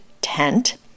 tent